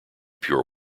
pure